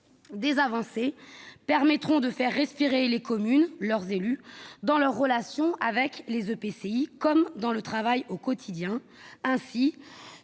Des avancées permettront de faire respirer les communes et leurs élus, dans leurs relations avec les EPCI comme dans leur travail au quotidien :